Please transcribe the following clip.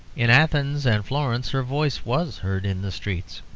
in athens and florence her voice was heard in the streets.